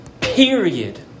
period